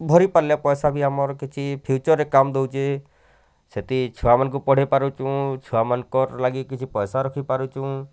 ଭରିପାରିଲେ ପଇସା ବି ଆମର୍ କିଛି ଫିୟୁଚର୍ରେ କାମ୍ ଦଉଛି ସେଠି ଛୁଆମାନଙ୍କୁ ପଢ଼େଇ ପାରଛୁଁ ଛୁଆମାନଙ୍କର୍ ଲାଗି କିଛି ପଇସା ରଖିପାରୁଛୁଁ